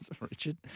Richard